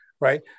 right